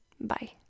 Bye